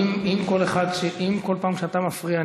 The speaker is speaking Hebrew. אם בכל פעם שאתה מפריע,